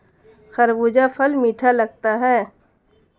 खरबूजा फल मीठा लगता है